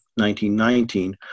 1919